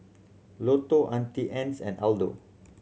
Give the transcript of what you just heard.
Lotto Auntie Anne's and Aldo